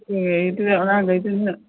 ꯑꯦ ꯑꯗꯨꯁꯨ ꯑꯉꯥꯡꯒꯩꯗꯨꯅ